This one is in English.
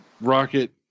Rocket